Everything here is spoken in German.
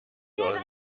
wir